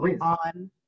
On